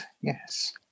yes